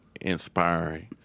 inspiring